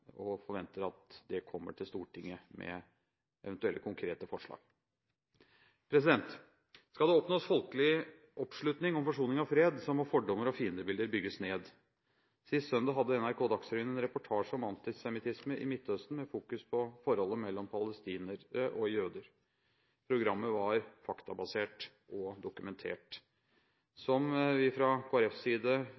og forventer at den kommer til Stortinget med eventuelle konkrete forslag. Skal det oppnås folkelig oppslutning om forsoning og fred, må fordommer og fiendebilder bygges ned. Sist søndag hadde NRK Dagsrevyen en reportasje om antisemittisme i Midtøsten med fokus på forholdet mellom palestinere og jøder. Programmet var faktabasert og dokumentert.